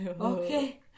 Okay